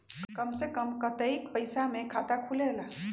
कम से कम कतेइक पैसा में खाता खुलेला?